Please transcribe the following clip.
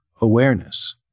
awareness